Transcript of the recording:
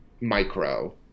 micro